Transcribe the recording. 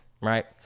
right